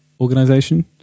Organization